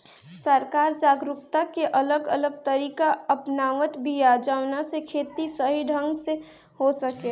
सरकार जागरूकता के अलग अलग तरीका अपनावत बिया जवना से खेती सही ढंग से हो सके